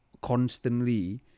constantly